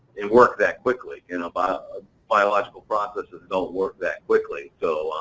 and work that quickly. you know but ah biological processes don't work that quickly, so